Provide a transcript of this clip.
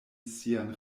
sian